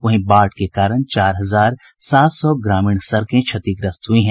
वहीं बाढ़ के कारण चार हजार सात सौ ग्रामीण सड़कें क्षतिग्रस्त हुई हैं